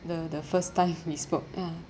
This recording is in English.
the the first time we spoke ya